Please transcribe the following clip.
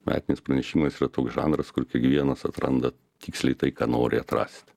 metinis pranešimas yra toks žanras kur kiekvienas atranda tiksliai tai ką nori atrast